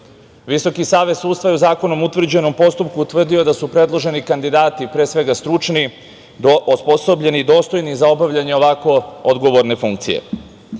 Visoki savet sudstva je u zakonom utvrđenom postupku utvrdio da su predloženi kandidati pre svega stručni, osposobljeni, dostojni za obavljanje ovako odgovorne funkcije. Drago